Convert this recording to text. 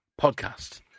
podcast